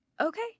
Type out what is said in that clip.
Okay